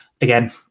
Again